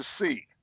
see